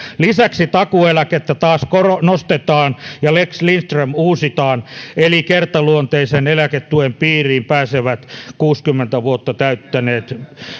lisäksi takuueläkettä taas nostetaan ja lex lindström uusitaan eli kertaluonteisen eläketuen piiriin pääsevät kuusikymmentä vuotta täyttäneet